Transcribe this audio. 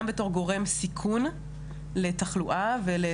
גם בתור גורם סיכון לתחלואה ול-